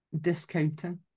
discounting